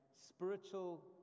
spiritual